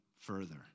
further